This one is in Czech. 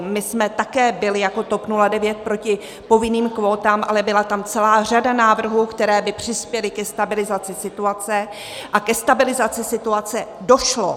My jsme také byli jako TOP 09 proti povinným kvótám, ale byla tam celá řada návrhů, které by přispěly ke stabilizaci situace, a ke stabilizaci situace došlo.